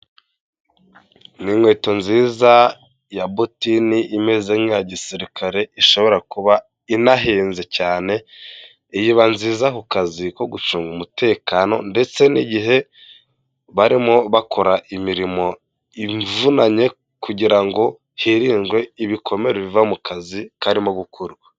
Ni inkweto nziza ya botini imeze nk'iya gisirikare ishobora kuba inahenze cyane, iyi iba nziza ku kazi ko gucunga umutekano ndetse n'igihe barimo bakora imirimo ivunanye kugira ngo hirindwe ibikomere biva mu kazi karimo gukorwa.